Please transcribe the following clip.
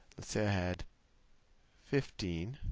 let's say i had fifteen